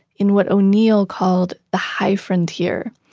in what o'neill called the high frontier.